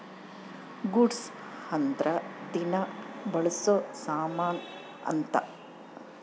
goods ಅಂದ್ರ ದಿನ ಬಳ್ಸೊ ಸಾಮನ್ ಅಂತ